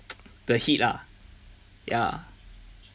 the heat lah ya